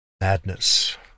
madness